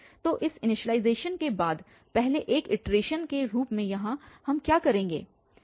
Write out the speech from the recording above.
तो इस इनिशियलाइज़ेशन के बाद पहले एक इटरेशन के रूप में यहाँ हम क्या करेंगे